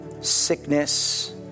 sickness